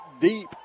deep